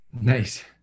Nice